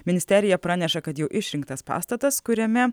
ministerija praneša kad jau išrinktas pastatas kuriame